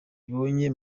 ibonye